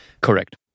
Correct